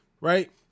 right